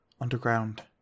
Underground